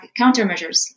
countermeasures